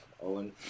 Owen